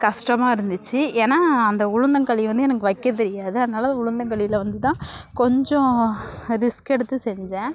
கஷ்டமா இருந்துச்சு ஏன்னால் அந்த உளுந்தங்களி வந்து எனக்கு வைக்கத் தெரியாது அதனால் அந்த உளுந்தங்களியில் வந்து தான் கொஞ்சம் ரிஸ்க் எடுத்து செஞ்சேன்